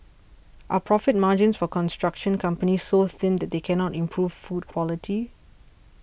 are profit margins for construction companies so thin that they cannot improve food quality